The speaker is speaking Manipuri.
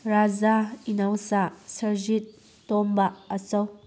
ꯔꯥꯖꯥ ꯏꯅꯧꯆꯥ ꯁꯔꯖꯤꯠ ꯇꯣꯝꯕ ꯑꯆꯧ